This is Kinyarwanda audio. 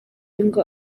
ngo